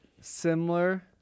similar –